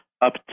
up